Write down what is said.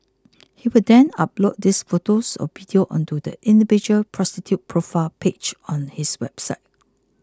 he would then upload these photos or videos onto the individual prostitute's profile page on his website